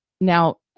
now